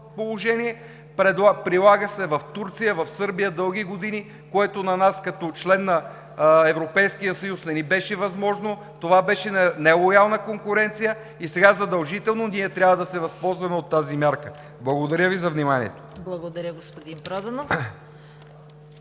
предложение. Прилага се в Турция, в Сърбия дълги години, което на нас като член на Европейския съюз не ни беше възможно. Това беше нелоялна конкуренция и сега задължително трябва да се възползваме от тази мярка. Благодаря Ви за вниманието. ПРЕДСЕДАТЕЛ ЦВЕТА